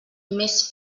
més